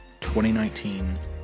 2019